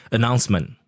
Announcement